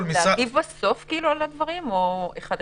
שאני אגיב בסוף על הדברים, או אחד-אחד?